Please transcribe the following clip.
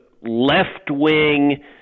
left-wing